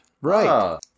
Right